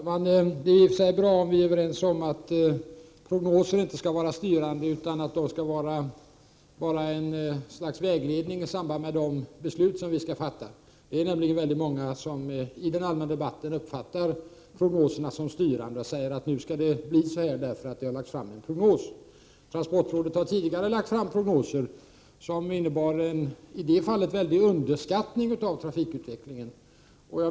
Herr talman! Det är i och för sig bra om vi är överens om att prognoser inte skall vara styrande utan att de skall vara ett slags vägledning i samband med de beslut vi skall fatta. Det är nämligen många som i den allmänna debatten uppfattar prognoserna som styrande. Transportrådet har tidigare lagt fram prognoser som inneburit en stor underskattning av trafikutvecklingen.